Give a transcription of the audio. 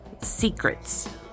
SECRETS